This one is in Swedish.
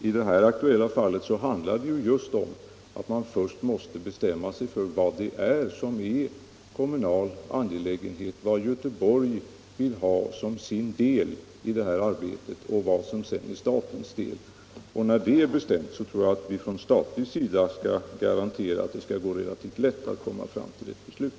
I det aktuella fallet handlar det just om att man först måste bestämma sig för vad som är en kommunal angelägenhet — vad Göteborg vill ha som sin del i detta arbete och vad som sedan är statens del. När det är bestämt, tror jag att vi från statlig sida kan garantera att det skall gå relativt lätt att komma fram till ett beslut.